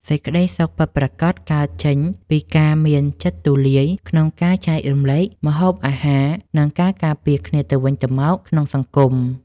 សេចក្ដីសុខពិតប្រាកដកើតចេញពីការមានចិត្តទូលាយក្នុងការចែករំលែកម្ហូបអាហារ និង ការការពារគ្នាទៅវិញទៅមកក្នុងសង្គម។